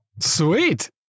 Sweet